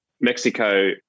Mexico